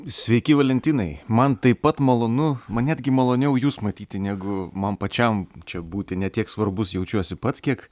sveiki valentinai man taip pat malonu man netgi maloniau jus matyti negu man pačiam čia būti ne tiek svarbus jaučiuosi pats kiek